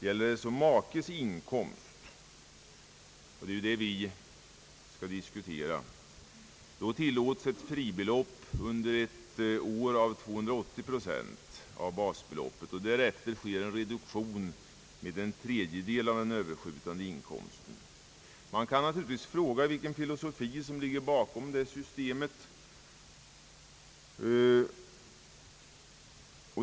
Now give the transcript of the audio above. Gäller det makes inkomst — och det är det vi nu diskuterar — tillåtes ett fribelopp av 280 procent av basbeloppet under ett läsår, och därefter sker reduktion med en tredjedel av den överskjutande inkomsten. Man kan naturligtvis fråga vilken filosofi det är som ligger bakom detta system.